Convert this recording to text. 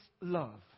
love